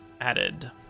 added